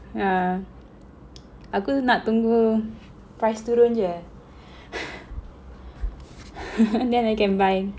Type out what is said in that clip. yeah aku nak tunggu price turun aja and then I can buy